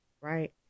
right